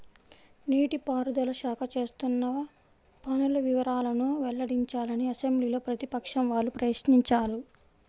నీటి పారుదల శాఖ చేస్తున్న పనుల వివరాలను వెల్లడించాలని అసెంబ్లీలో ప్రతిపక్షం వాళ్ళు ప్రశ్నించారు